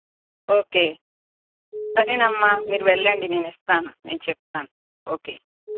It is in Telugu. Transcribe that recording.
ఓకే సరేనమ్మా మీరు వెళ్ళండి నేను ఇస్తాను నేను చెప్తాను ఓకే